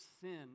sin